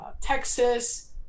Texas